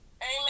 Amen